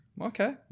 Okay